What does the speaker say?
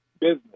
business